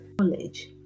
knowledge